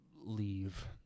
leave